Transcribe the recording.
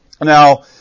Now